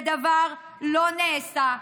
ודבר לא נעשה.